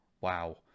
wow